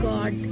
God